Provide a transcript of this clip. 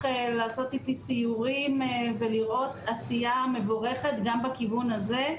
לעשות אתי סיורים ולראות עשייה מבורכת גם בכיוון הזה.